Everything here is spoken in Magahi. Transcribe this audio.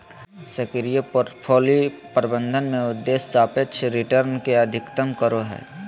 सक्रिय पोर्टफोलि प्रबंधन में उद्देश्य सापेक्ष रिटर्न के अधिकतम करो हइ